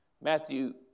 Matthew